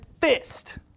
fist